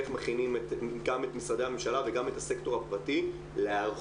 איך מכינים גם את משרדי הממשלה וגם את הסקטור הפרטי להיערכות,